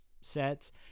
sets